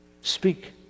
Speak